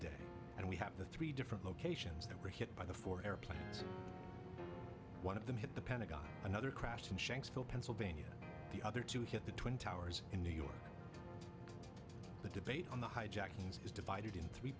day and we have the three different locations that were hit by the four airplanes one of them hit the pentagon another crashed in shanksville pennsylvania the other two hit the twin towers in new york the debate on the hijackings is divided into three